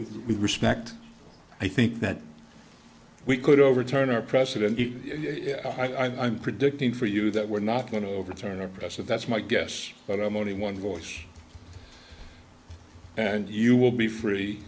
respect i think that we could overturn our president i'm predicting for you that we're not going to overturn a professor that's my guess but i'm only one voice and you will be free